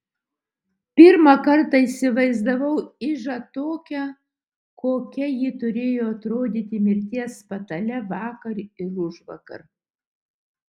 pirmą kartą įsivaizdavau ižą tokią kokia ji turėjo atrodyti mirties patale vakar ir užvakar